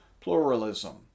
pluralism